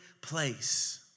place